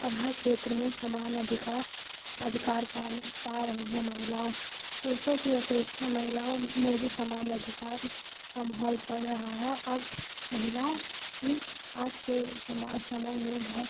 और हर क्षेत्र में समान अधिकार अधिकार पाने पा रहीं हैं महिलाएं पुरुषों की अपेक्षा महिलाओं में भी समान अधिकार का माहौल चल रहा है और महिलाओं की आज के समा समय में बहुत